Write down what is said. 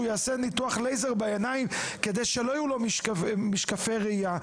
יעשה ניתוח לייזר בעיניים כדי שלא יהיו לו משקפי ראייה,